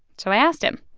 so i asked him,